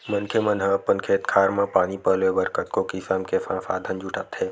मनखे मन ह अपन खेत खार म पानी पलोय बर कतको किसम के संसाधन जुटाथे